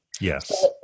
Yes